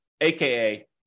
aka